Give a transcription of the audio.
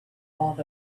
called